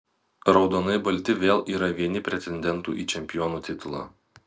raudonai balti vėl yra vieni pretendentų į čempionų titulą